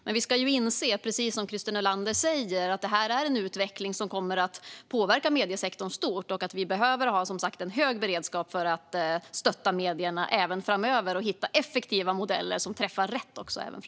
Men vi ska inse att, precis som Christer Nylander säger, det här är en utveckling som kommer att påverka mediesektorn stort och att vi behöver ha en hög beredskap att stötta medierna även framöver och hitta effektiva modeller som träffar rätt även då.